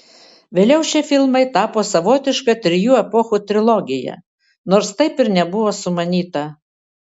vėliau šie filmai tapo savotiška trijų epochų trilogija nors taip ir nebuvo sumanyta